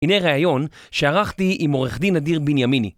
הנה ראיון שערכתי עם עורך דין אדיר בנימיני.